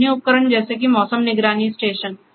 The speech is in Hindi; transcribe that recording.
अन्य उपकरण जैसे कि मौसम निगरानी स्टेशन है